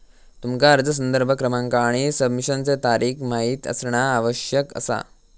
तुमका अर्ज संदर्भ क्रमांक आणि सबमिशनचा तारीख माहित असणा आवश्यक असा